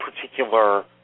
particular